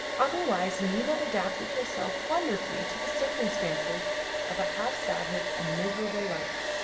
otherwise nina adapted herself wonderfully to the circumstances of a half-savage and miserable life.